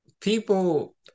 people